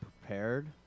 prepared